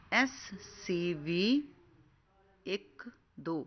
S C B ਇੱਕ ਦੋ